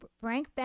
Frank